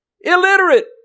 illiterate